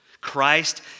Christ